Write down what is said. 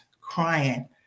crying